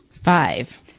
Five